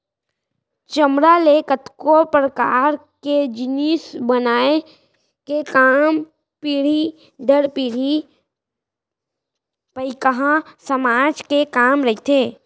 चमड़ा ले कतको परकार के जिनिस बनाए के काम पीढ़ी दर पीढ़ी पईकहा समाज के काम रहिथे